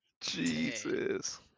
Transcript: Jesus